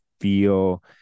feel